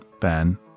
Ben